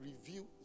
review